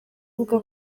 avuga